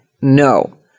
No